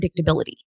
predictability